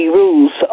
rules